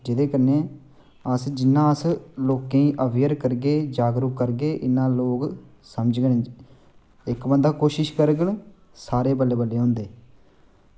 ते केह् करना जि'यां अस लोकें गी अवेयर करगे जागरुक करगे उन्ना अस समझङन इक्क बंदा कोशिश करग सारे बल्लें बल्लें होंदे